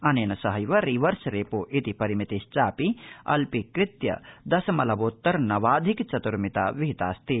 अनेने सहैव reverse repo इति परिमितिश्चापि अल्पीकृत्य दशमलवोत्तर नवाधिक चतुर्मिता विहितास्ति